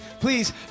Please